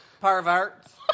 perverts